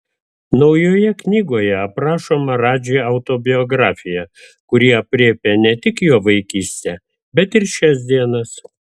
naujoje knygoje aprašoma radži autobiografija kuri aprėpia ne tik jo vaikystę bet ir šias dienas